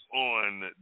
on